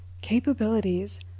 capabilities